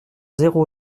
zéro